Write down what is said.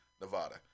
Nevada